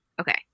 Okay